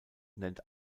nennt